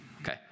Okay